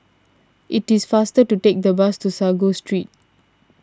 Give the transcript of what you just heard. it is faster to take the bus to Sago Street